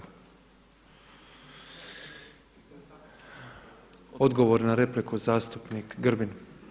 Odgovor na repliku zastupnik Grbin.